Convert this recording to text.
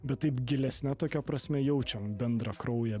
bet taip gilesne tokia prasme jaučiam bendrą kraują